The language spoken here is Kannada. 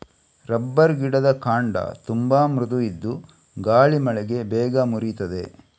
ರಬ್ಬರ್ ಗಿಡದ ಕಾಂಡ ತುಂಬಾ ಮೃದು ಇದ್ದು ಗಾಳಿ ಮಳೆಗೆ ಬೇಗ ಮುರೀತದೆ